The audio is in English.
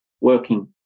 working